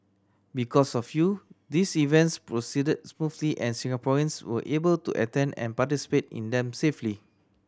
because of you these events proceeded smoothly and Singaporeans were able to attend and participate in them safely